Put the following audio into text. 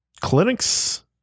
Clinics